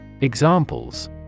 Examples